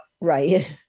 Right